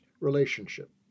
relationship